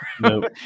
No